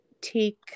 take